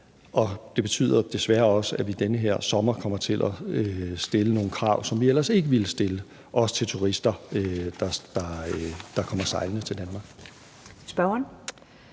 og det betyder desværre også, at vi den her sommer kommer til at stille nogle krav, som vi ellers ikke ville stille, også til turister, der kommer sejlende til Danmark.